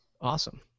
Awesome